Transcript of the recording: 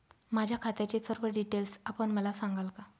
माझ्या खात्याचे सर्व डिटेल्स आपण मला सांगाल का?